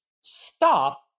stop